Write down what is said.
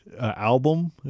album